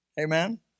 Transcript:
Amen